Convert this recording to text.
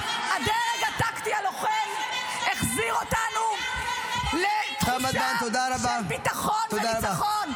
הדרג הטקטי הלוחם החזיר אותנו לתחושה של ביטחון וניצחון.